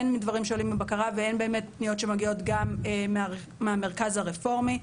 הן מדברים שעולים מבקרה והן באמת פניות שמגיעות גם מהמרכז הרפורמי.